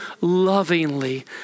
lovingly